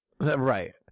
Right